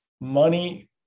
money